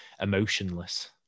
emotionless